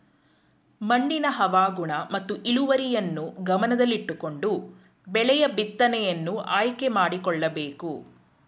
ಮಣ್ಣಿನ ಹವಾಗುಣ ಮತ್ತು ಇಳುವರಿಯನ್ನು ಗಮನದಲ್ಲಿಟ್ಟುಕೊಂಡು ಬೆಳೆಯ ಬಿತ್ತನೆಯನ್ನು ಆಯ್ಕೆ ಮಾಡಿಕೊಳ್ಳಬೇಕು